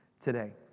today